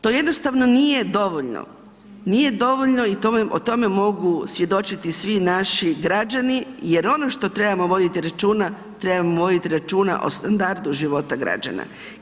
To jednostavno nije dovoljno, nije dovoljno i o tome mogu svjedočiti svi naši građani jer ono što trebamo voditi računa, trebamo voditi računa o standardu života građana.